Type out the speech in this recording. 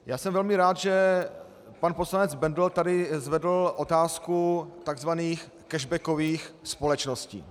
Já jsem velmi rád, že pan poslanec Bendl tady zvedl otázku takzvaných cashbackových společností.